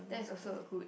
that's also a good